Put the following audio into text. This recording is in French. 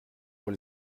pour